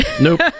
nope